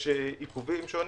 יש עיכובים שונים.